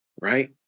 right